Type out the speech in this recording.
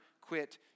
quit